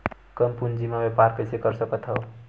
कम पूंजी म व्यापार कइसे कर सकत हव?